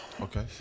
Okay